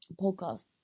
podcast